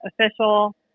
official